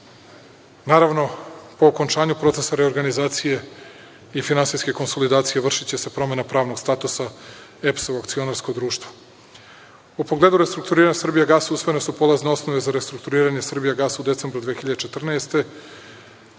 Naravno, po okončanju procesa reorganizacije i finansijske konsolidacije, vršiće se promena pravnog statusa EPS u akcionarsko društvo.U pogledu restrukturiranja „Srbijagasa“ usvojene su polazne osnove za restrukturiranje „Srbijagasa“ u decembru 2014.